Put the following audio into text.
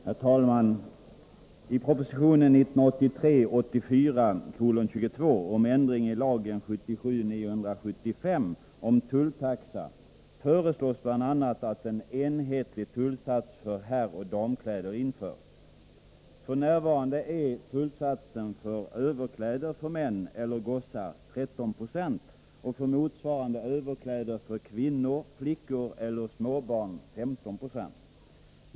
Herr talman! I proposition 1983/84:22 om ändring i lagen 1977:975 om tulltaxa föreslås bl.a. att en enhetlig tullsats för herroch damkläder införs. F. n. är tullsatsen för överkläder för män eller gossar 13 20 och för motsvarande överkläder för kvinnor, flickor eller småbarn 15 26.